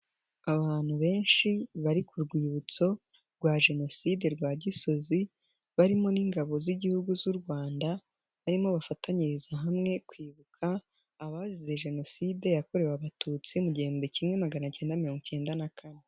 Abantu benshi bari ku rwibutso rwa Jenoside rwa Gisozi, barimo n'ingabo z'Igihugu z'u Rwanda, aribo bafatanyiriza hamwe kwibuka abazize Jenoside yakorewe abatutsi mu gihumbi kimwe magana cyenda mirongo icyenda na kane.